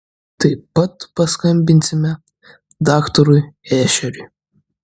taip pat paskambinsime daktarui ešeriui